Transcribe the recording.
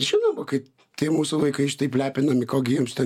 žinoma kad tai mūsų vaikai šitaip lepinami kol gimsta